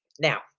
Now